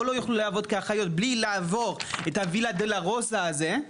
בלי לעבור את ה-ויה דולורוזה הזה,